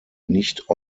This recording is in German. nicht